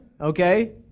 okay